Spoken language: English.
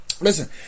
listen